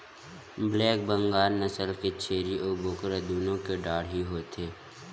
black Bengal नसल के छेरी अउ बोकरा दुनो के डाढ़ही होथे